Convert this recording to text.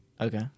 Okay